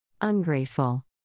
Ungrateful